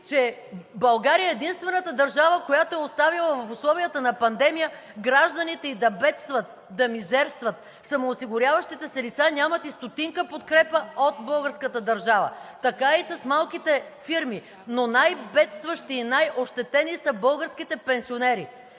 че България е единствената държава, която е оставила в условията на пандемия гражданите ѝ да бедстват, да мизерстват. Самоосигуряващите се лица нямат и стотинка подкрепа от българската държава. Така е и с малките фирми. Но най-бедстващи и най-ощетени са българските пенсионери.